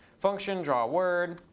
function drawword.